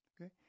okay